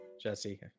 Jesse